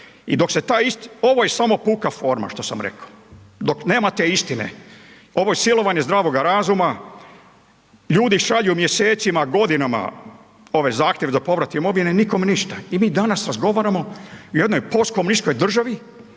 I dok se taj isti, ovo je samo puka forma što sam rekao, dok nemate istine, ovo je silovanje zdravoga razuma, ljudi šalju mjesecima, godinama ove zahtjeve za povrat imovine i nikome ništa. I mi danas razgovaramo o jednoj postkomunističkoj državi